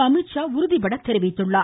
அமித்ஷா உறுதிபட தெரிவித்தார்